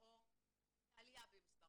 או עלייה במספר?